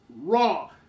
raw